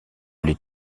les